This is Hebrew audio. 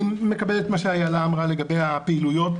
אני מקבל את מה שאילה אמרה לגבי הפעילויות,